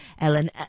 Ellen